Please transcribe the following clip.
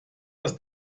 das